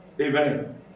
Amen